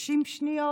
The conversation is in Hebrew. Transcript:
ל-30 שניות?